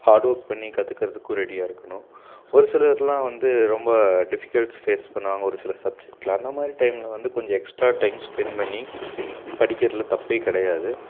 heart work பண்ணி கற்றுக்கறதுக்கும் ரெடியா இருக்கணும் ஒரு சிலர்லாம் வந்து ரொம்ப டிஃபிகல்ட்ஸ் ஃபேஸ் பண்ணுவாங்க ஒரு சில சப்ஜெக்ட்டில் அந்த மாதிரி டைமில் வந்து கொஞ்சம் எக்ஸ்ட்ரா டைம் ஸ்பெண்ட் பண்ணி படிக்கிறதில் தப்பே கிடையாது